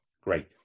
Great